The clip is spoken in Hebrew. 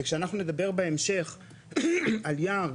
וכשאנחנו נדבר בהמשך על יער,